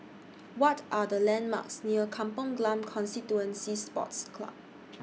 What Are The landmarks near Kampong Glam Constituency Sports Club